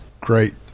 great